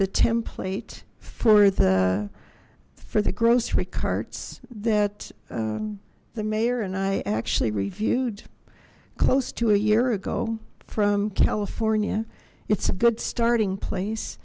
the template for the for the grocery carts that the mayor and i actually reviewed close to a year ago from california it's a good starting place